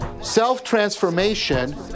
self-transformation